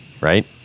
right